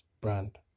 brand